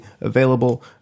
available